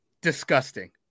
disgusting